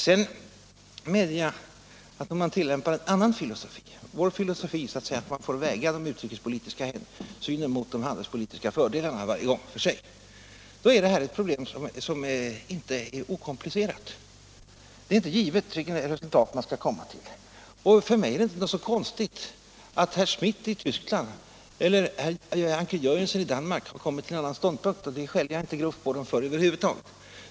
Sedan medger dock herr Burenstam Linder att om man tillämpar en annan filosofi än ”vår” filosofi, så att säga, får man väga de utrikespolitiska hänsynen mot de handelspolitiska fördelarna varje gång för sig och att det här är ett problem som inte är okomplicerat. Det är inte alldeles givet vilket resultat man skall komma till. För mig är det inte någonsin konstigt att herr Schmidt i Tyskland eller herr Anker Jörgensen i Danmark har intagit en annan ståndpunkt — det grovskäller jag inte på dem för.